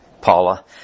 Paula